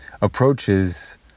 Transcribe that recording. approaches